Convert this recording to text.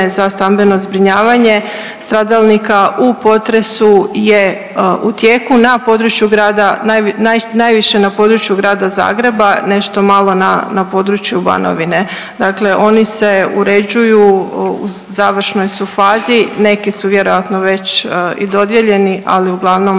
za stambeno zbrinjavanje stradalnika u potresu je u tijeku na području grada, najviše na području grada Zagreba, nešto malo na području Banovine. Dakle, oni se uređuju u završnoj su fazi. Neki su vjerojatno već i dodijeljeni, ali uglavnom